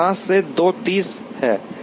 16 है 5 से 2 30 है